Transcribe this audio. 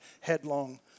headlong